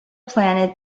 planted